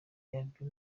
yabyo